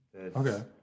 Okay